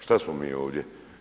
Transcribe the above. Šta smo mi ovdje?